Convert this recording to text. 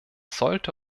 sollte